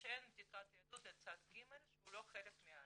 שאין בדיקת יהדות לצד ג' שהוא לא חלק מההליך.